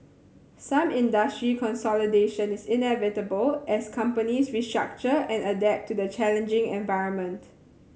some industry consolidation is inevitable as companies restructure and adapt to the challenging environment